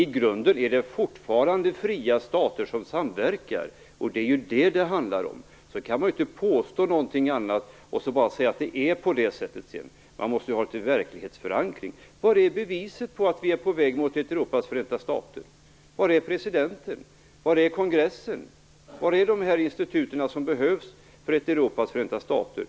I grunden handlar det fortfarande om att det är fria stater som samverkar. Man kan inte påstå någonting annat. Det måste ju finnas litet verklighetsförankring. Var finns beviset på att vi är på väg mot ett Europas förenta stater? Var finns presidenten? Var finns kongressen? Var finns de institut som behövs för ett Europas förenta stater?